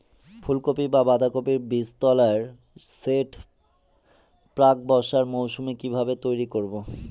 ফুলকপি বা বাঁধাকপির বীজতলার সেট প্রাক বর্ষার মৌসুমে কিভাবে তৈরি করব?